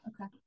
okay